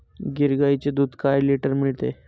गीर गाईचे दूध काय लिटर मिळते?